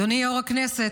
אדוני יו"ר הישיבה,